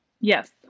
Yes